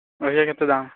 एकर कते दाम